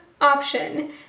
option